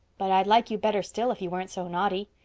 but i'd like you better still if you weren't so naughty.